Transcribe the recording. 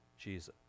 Jesus